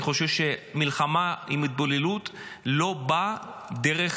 אני חושב שמלחמה בהתבוללות לא באה דרך